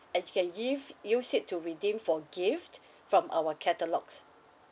and you can gift use it to redeem for gift from our catalogues